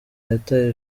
yataye